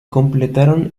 completaron